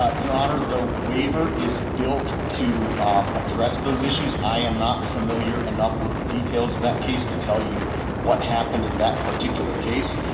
ah your honor, the waiver is built to um address those issues. i am not familiar enough with the details of that case to tell you what happened in that particular case,